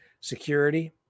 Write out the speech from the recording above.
security